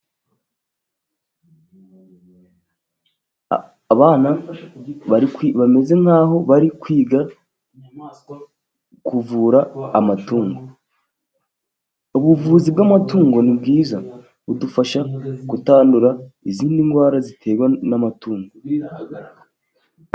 Abana bameze nk'aho bari kwiga kuvura amatungo, ubuvuzi bw'amatungo ni bwiza budufasha kutandura izindi ndwara ziterwa n'amatungo.